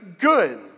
good